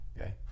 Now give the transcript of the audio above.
Okay